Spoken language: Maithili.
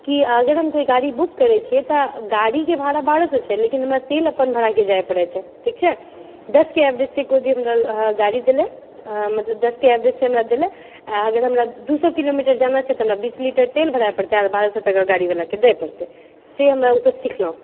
कि अगर हम कोइ गाड़ी बुक करैत छिऐ तऽ गाड़ीके भाड़ा बारह सए छै लेकिन हमरा तेल अपन भराएके जाइत पड़ै छै ठीक छै दशके एवरेजसँ कोइ भी हमरा गाड़ी देलय मतलब दश के एवरेजसँ हमरा देलए आ अगर हमरा दू सए किलोमीटर जाना छै तऽ हमरा बीस लीटर तेल भराए पड़तै आ बारह सए टाका गाड़ी वाला के दए पड़तै से हमरा ओ सब सीखलहुँ